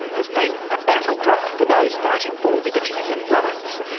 has been a battle cry for those fighting for liberties and rights.